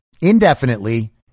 indefinitely